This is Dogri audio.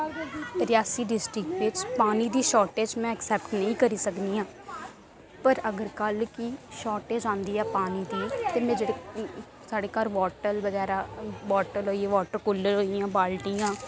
रियासी डिस्ट्रिक बिच पानी दी शार्टेज में अक्सैप्ट नेईं करी सकनी आं पर अगर कल्ल गी शार्टेज़ औंदी ऐ पानी दी ते में जेह्ड़े साढ़े घर बॉटल बगैरा बॉटल होई वॉटर कूलर बाल्टियां होई गेइयां जियां